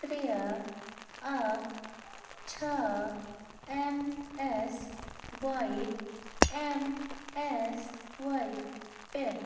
ترٛےٚ اکھ چھَا اٮ۪م اٮ۪س وایِپ اٮ۪م اٮ۪س وایِپ پٮ۪ٹھ